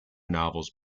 novels